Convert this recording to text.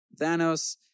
thanos